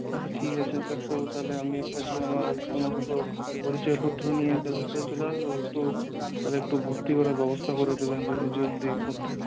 আচ্ছা ঠিক আছে ডাক্তারবাবু তাহলে আমি এক কাজ করি আমার সমস্ত পরিচয়পত্র নিয়ে তাহলে হসপিটালে চলে আসবো তো তাহলে একটু ভর্তি করার ব্যবস্থা করে দেবেন যদি জলদির মধ্যে